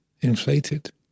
inflated